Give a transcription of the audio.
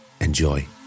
Enjoy